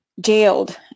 jailed